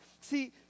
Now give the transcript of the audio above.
see